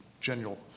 general